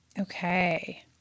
Okay